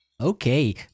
Okay